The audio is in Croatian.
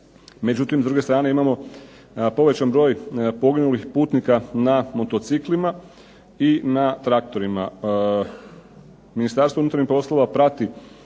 međutim s druge strane imamo povećan broj poginulih putnika na motociklima i na traktorima.